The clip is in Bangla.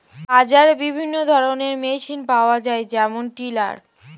বাজারে বিভিন্ন ধরনের মেশিন পাওয়া যায় যেমন টিলার